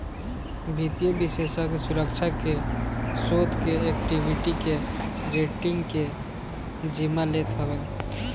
वित्तीय विषेशज्ञ सुरक्षा के, शोध के, एक्वीटी के, रेटींग के जिम्मा लेत हवे